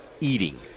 eating